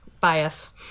Bias